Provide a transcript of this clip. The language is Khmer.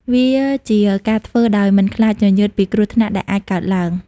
វាជាការធ្វើ ដោយមិនខ្លាចញញើតពីគ្រោះថ្នាក់ដែលអាចកើតឡើង។